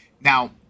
Now